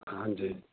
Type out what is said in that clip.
ਹਾਂਜੀ